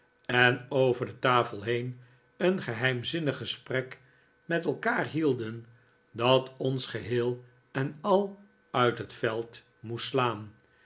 en over de tafel heen een geheimzinnig gesprek met elkaar hielden dat ons geheel en al uit het veld moest slaan